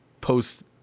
post